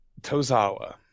Tozawa